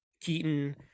Keaton